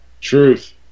truth